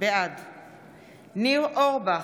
בעד ניר אורבך,